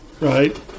right